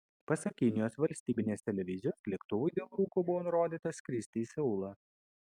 pasak kinijos valstybinės televizijos lėktuvui dėl rūko buvo nurodyta skristi į seulą